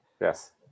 Yes